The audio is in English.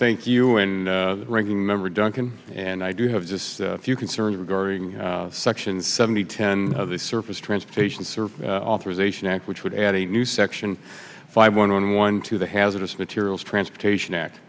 think you in the ranking member duncan and i do have just a few concerns regarding section seventy ten of the surface transportation service authorization act which would add a new section five one one to the hazardous materials transportation act